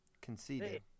conceded